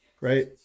right